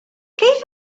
كيف